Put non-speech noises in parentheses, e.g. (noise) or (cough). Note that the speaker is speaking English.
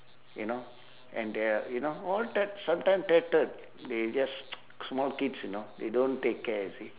you know and they're you know all type sometime tattered they just (noise) small kids you know they don't take care you see